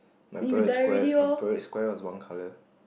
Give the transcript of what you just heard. my Parade Square my Parade Square was one colour